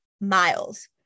miles